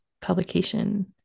publication